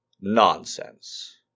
nonsense